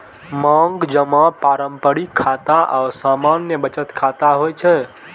मांग जमा पारंपरिक खाता आ सामान्य बचत खाता होइ छै